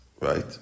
right